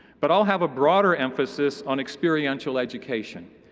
but i'll have a broader emphasis on experiential education,